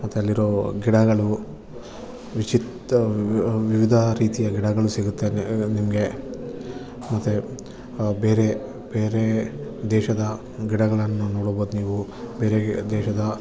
ಮತ್ತೆ ಅಲ್ಲಿರೊ ಗಿಡಗಳು ವಿಚಿತ್ರ ವಿವಿಧ ರೀತಿಯ ಗಿಡಗಳು ಸಿಗುತ್ತೆ ಅಲ್ಲಿ ನಿಮಗೆ ಮತ್ತೆ ಬೇರೆ ಬೇರೆ ದೇಶದ ಗಿಡಗಳನ್ನು ನೋಡಬೋದು ನೀವು ಬೇರೆ ದೇಶದ